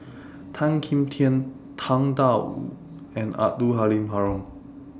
Tan Kim Tian Tang DA Wu and Abdul Halim Haron